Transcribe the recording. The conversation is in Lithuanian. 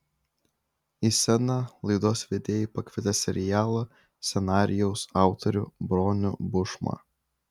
į sceną laidos vedėjai pakvietė serialo scenarijaus autorių bronių bušmą